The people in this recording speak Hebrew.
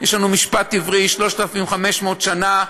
יש לנו משפט עברי 3,500 שנה,